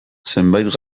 zenbait